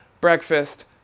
breakfast